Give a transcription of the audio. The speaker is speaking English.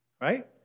Right